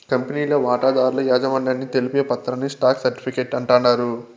కంపెనీల వాటాదారుల యాజమాన్యాన్ని తెలిపే పత్రాని స్టాక్ సర్టిఫీకేట్ అంటాండారు